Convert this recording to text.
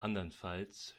andernfalls